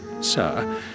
sir